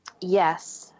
Yes